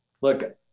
Look